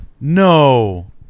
No